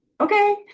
okay